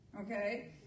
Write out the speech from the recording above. okay